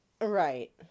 Right